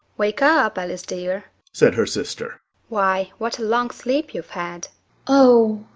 wake up, alice dear said her sister why, what a long sleep you've had oh,